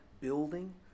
building